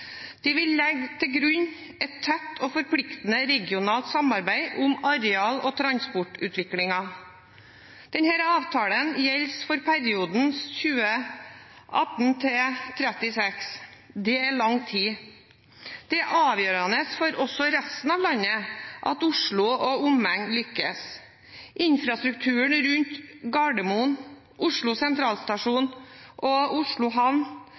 De vil legge til grunn et tett og forpliktende regionalt samarbeid om areal- og transportutviklingen. Denne avtalen gjelder for perioden 2018–2036. Det er lang tid. Det er avgjørende også for resten av landet at Oslo og omegn lykkes. Infrastrukturen rundt Gardermoen, Oslo sentralstasjon og Oslo havn